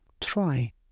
try